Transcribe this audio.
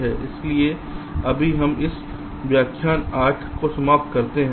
इसलिए अभी हम इस व्याख्यान 8 को समाप्त करते हैं